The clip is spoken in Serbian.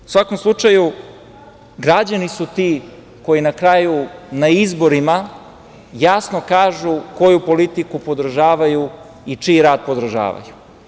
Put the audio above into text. U svakom slučaju, građani su ti koji na kraju na izborima jasno kažu koju politiku podržavaju i čiji rad podržavaju.